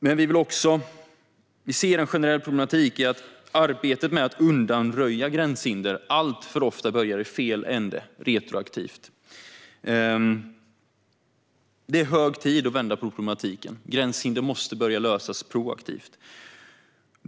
Men vi ser en generell problematik i att arbetet med att undanröja gränshinder alltför ofta börjar i fel ände - retroaktivt. Det är hög tid att vända på problematiken. Gränshinder måste börja lösas proaktivt.